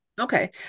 Okay